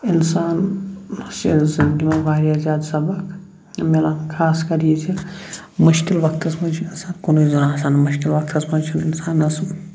اِنسان زِندگی منٛز واریاہ زیادٕ سَبق میلان خاص کر یہِ زِ مشکل وقتَس منٛز چھُ یہِ انسان کُنُے زوٚن آسان مشکل وقتَس منٛز چھُنہٕ اِنسانَس